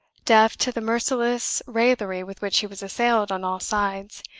deaf to the merciless raillery with which he was assailed on all sides,